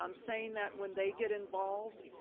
um saying that when they get involved,